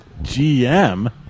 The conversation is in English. GM